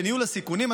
בניהול הסיכונים,